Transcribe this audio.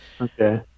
Okay